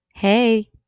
Hey